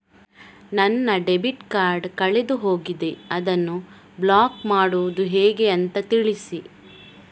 ನನ್ನ debit card ಕಳೆದು ಹೋಗಿದೆ, ಅದನ್ನು ಬ್ಲಾಕ್ ಮಾಡುವುದು ಹೇಗೆ ಅಂತ ತಿಳಿಸಿ?